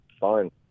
Fine